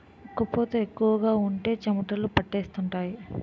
ఒక్క పూత ఎక్కువగా ఉంటే చెమటలు పట్టేస్తుంటాయి